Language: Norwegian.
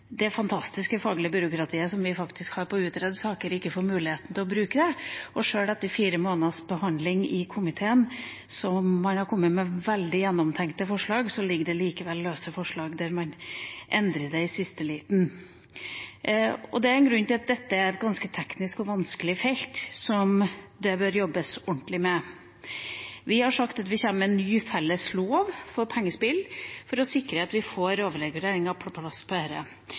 det fantastiske faglige byråkratiet som vi har til å utrede saker, og at sjøl etter fire måneders behandling i komiteen, der man har kommet med veldig gjennomtenkte forslag, foreligger det løse forslag der man endrer i siste liten. Dette er et ganske teknisk og vanskelig felt, som det bør jobbes ordentlig med. Vi har sagt at vi kommer med en ny, felles lov for pengespill for å sikre at vi får lovreguleringen for dette på plass.